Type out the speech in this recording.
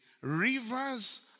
rivers